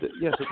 yes